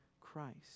Christ